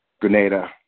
Grenada